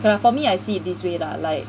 but for me I see it this way lah like